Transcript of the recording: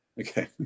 Okay